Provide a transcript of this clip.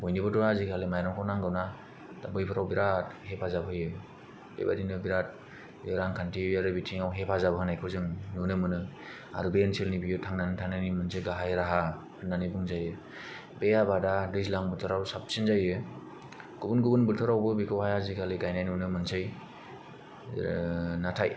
बयनोबोथ' आजिखालि मायरंखौ नांगौ ना दा बैफोराव बेराथ हेफाजाब होयो बेबादिनो बेराथ रांखान्थियारि बिथिङाव हेफाजाब होनायखौ जों नुनो मोनो आरो बे ओनसोलनि बे मोनसे थांनानै थानायनि मोनसे गाहाय राहा होननानै बुंजायो बे आबादा दैज्लां बोथोराव साबसिन जायो गुबुन गुबुन बोथोरावबो बेखौ आजिखालि गायनाय नुनो मोनसै नाथाय